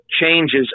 changes